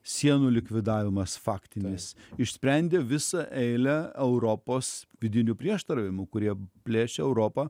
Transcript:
sienų likvidavimas faktinis išsprendė visą eilę europos vidinių prieštaravimų kurie plėšė europą